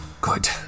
Good